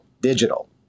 digital